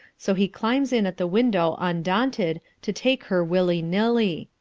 so he climbs in at the window undaunted, to take her willy nilly.